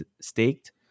staked